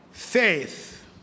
Faith